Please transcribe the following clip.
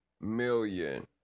million